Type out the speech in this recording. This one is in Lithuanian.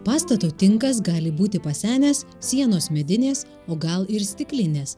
pastato tinkas gali būti pasenęs sienos medinės o gal ir stiklinės